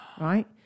right